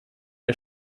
der